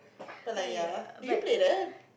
but like ya did you play that